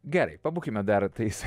gerai pabūkime dar tais